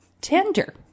tender